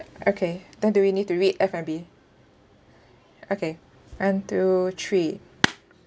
okay then do we need to read F&B okay one two three